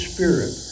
Spirit